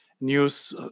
news